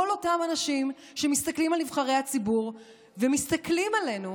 כל אותם אנשים שמסתכלים על נבחרי הציבור ומסתכלים עלינו,